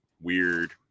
weird